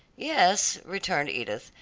yes, returned edith,